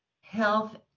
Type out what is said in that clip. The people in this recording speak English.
health